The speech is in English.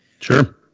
Sure